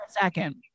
second